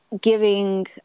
giving